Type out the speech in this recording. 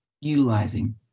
utilizing